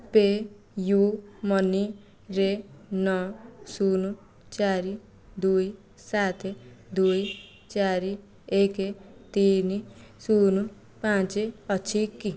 PayU ମନିରେ ନଅ ଶୂନ ଚାରି ଦୁଇ ସାତ ଦୁଇ ଚାରି ଏକ ତିନି ଶୂନ ପାଞ୍ଚ ଅଛି କି